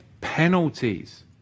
penalties